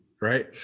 Right